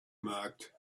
marked